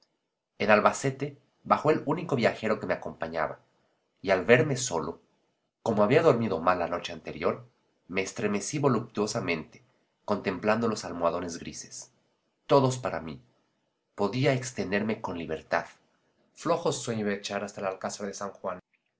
en albacete bajó el único viajero que me acompañaba y al verme solo como había dormido mal la noche anterior me estremecí voluptuosamente contemplando los almohadones grises todos para mí podía extenderme con libertad flojo sueño iba a echar hasta alcázar de san juan